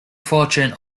fortune